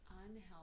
Unhealthy